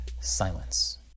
silence